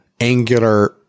angular